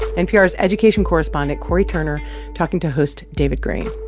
npr's education correspondent cory turner talking to host david greene